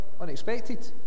unexpected